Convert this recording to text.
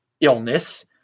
illness